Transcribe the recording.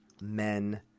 men